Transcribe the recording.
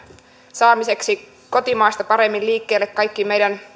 saamiseksi kotimaasta paremmin liikkeelle kaikkiin meidän